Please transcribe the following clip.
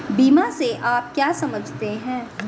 बीमा से आप क्या समझते हैं?